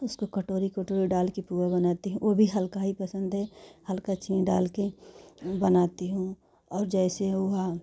उसको कटोरी कटोरी डालकर पोहा बनाते हैं वह भी हल्का ही पसंद है हल्का चीनी डालकर बनाती हूँ और जैसे पोहा